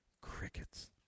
crickets